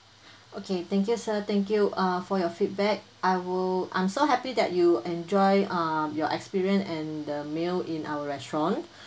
okay thank you sir thank you err for your feedback I will I'm so happy that you enjoy um your experience and the meal in our restaurant